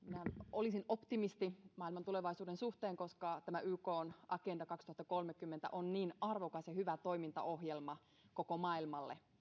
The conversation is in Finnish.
olisin optimisti maailman tulevaisuuden suhteen koska tämä ykn agenda kaksituhattakolmekymmentä on niin arvokas ja hyvä toimintaohjelma koko maailmalle